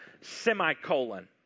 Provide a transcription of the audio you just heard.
semicolon